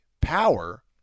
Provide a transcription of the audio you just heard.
power